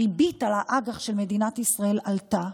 הריבית על האג"ח של מדינת ישראל עלתה,